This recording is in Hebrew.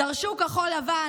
דרשו כחול לבן,